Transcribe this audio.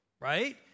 Right